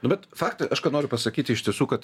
nu bet faktai aš ką noriu pasakyti iš tiesų kad